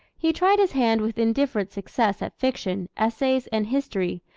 he tried his hand with indifferent success at fiction, essays, and history,